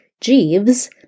Jeeves